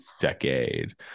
decade